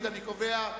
אוקיי.